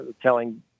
telling